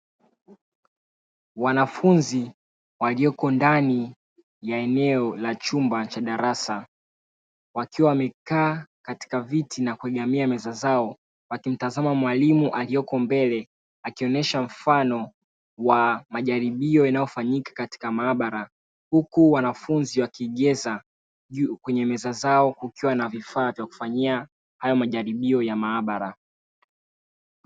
Wanafunzi walioko ndani ya eneo la chumba cha darasa wakiwa wamekaa katika viti na kuegemea meza zao wakimtazama mwalimu aliyeko mbele, akionesha mfano wa majaribio yanayofanyika katika maabara huku wanafunzi wakigeza. Juu kwenye meza zao kukiwa na vifaa vya kufanyia hayo majaribio ya maabara.